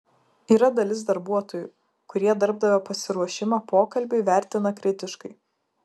yra dalis darbuotojų kurie darbdavio pasiruošimą pokalbiui vertina kritiškai